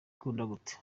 gute